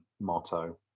Motto